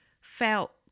felt